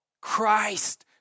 Christ